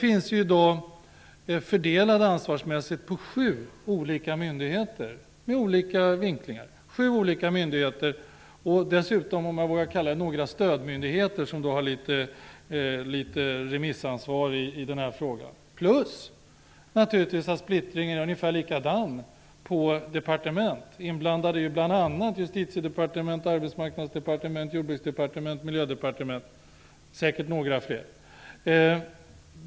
Ansvaret för den är fördelat på sju olika myndigheter med olika vinklingar. Dessutom är den fördelad på några stödmyndigheter som har ett visst remissansvar. Splittringen är dessutom ungefär likadan på departementen. Bl.a. är Justitiedepartementet, Arbetsmarknadsdepartementet, Jordbruksdepartementet och Miljödepartementet inblandade. Det är säkert några fler inblandade.